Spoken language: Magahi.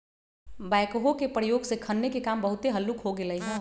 बैकहो के प्रयोग से खन्ने के काम बहुते हल्लुक हो गेलइ ह